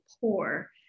poor